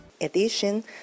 Edition